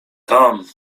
tam